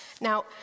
Now